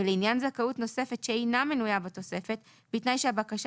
ולעניין זכאות נוספת שאינה מנויה בתוספת בתנאי שהבקשה